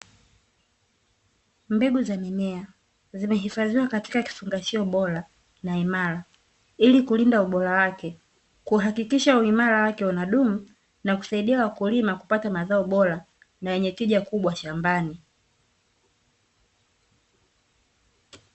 Mbegu za mimea zimehifadhiwa katika kifungashio bora na imara ili kulinda ubora wake, kuhakikisha uimara wake unadumu na kusaidia wakulima kupata mazao bora na yenye tija kubwa shambani.